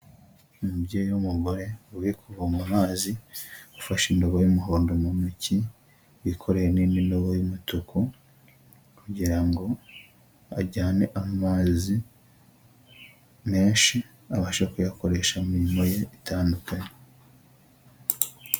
Umubyeyi w'umugore uri kuvoma amazi, ufashe indobo y'umuhondo mu ntoki, wikoreye n'indi ndobo y'umutuku, kugira ngo ajyane amazi menshi, abashe kuyakoresha mu mirimo ye itandukanye.